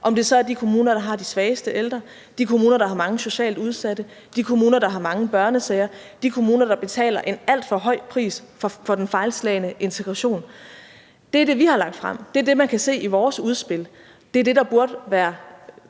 om det så er de kommuner, der har de svageste ældre; de kommuner, der har mange socialt udsatte; de kommuner, der har mange børnesager; de kommuner, der betaler en alt for høj pris for den fejlslagne integration. Det er det, vi har lagt frem. Det er det, man kan se i vores udspil. Det er det, der burde være